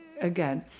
again